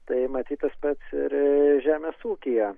tai matyt tas pats ir žemės ūkyje